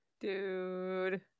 Dude